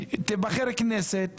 תיבחר כנסת,